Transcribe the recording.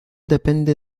depende